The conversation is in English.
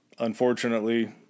Unfortunately